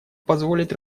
позволит